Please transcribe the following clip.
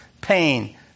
pain